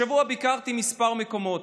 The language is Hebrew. השבוע ביקרתי בכמה מקומות.